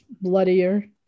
bloodier